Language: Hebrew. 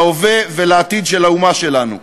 להווה ולעתיד של האומה שלנו.